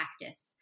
practice